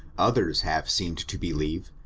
others have seemed to believe,